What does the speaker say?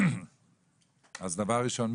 דבר ראשון,